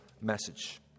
message